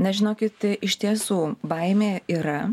na žinokit iš tiesų baimė yra